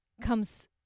comes